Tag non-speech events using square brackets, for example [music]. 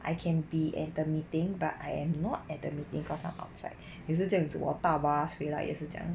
I can be at the meeting but I am not at the meeting cause I'm outside [breath] 也是这样子我达 bus 回来也是这样子